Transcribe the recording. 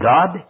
God